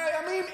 100 ימים,